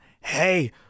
Hey